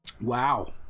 wow